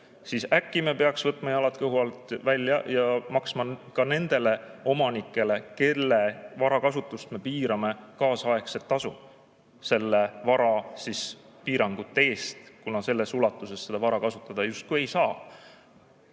siis äkki me peaks võtma jalad kõhu alt välja ja maksma ka nendele omanikele, kelle vara kasutamist me piirame, kaasaegset tasu nende piirangute eest, kuna täies ulatuses nad oma vara kasutada ei saa.